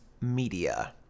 media